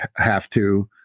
have to,